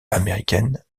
américaine